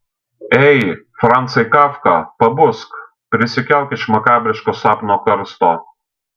ei francai kafka pabusk prisikelk iš makabriško sapno karsto